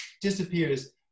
disappears